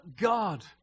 God